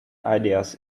ideas